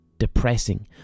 depressing